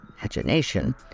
imagination